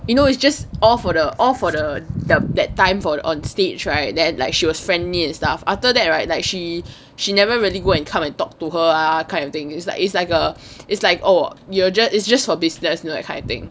you know it's just all for all for the the that time for on stage right then like she was friendly and stuff after that right like she she never really go and come and talk to her ah kind of thing it's like it's like a it's like oh you're it's just for business you know that kind of thing